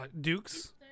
dukes